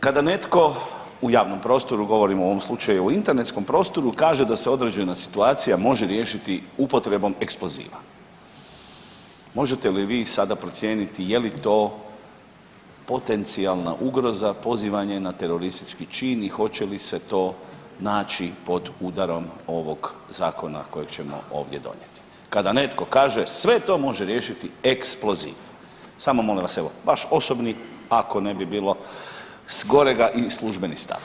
Kada netko u javnom prostoru, govorimo u ovom slučaju o internetskom prostoru, kaže da se određena situacija može riješiti upotrebom eksploziva, možete li vi sada procijeniti je li to potencijalna ugroza pozivanje na teroristički čin i hoće li se to naći pod udarom ovog zakona kojeg ćemo ovdje donijeti, kada netko kaže sve to može riješiti eksploziv, samo molim vas evo vaš osobni ako ne bi bilo zgorega i službeni stav.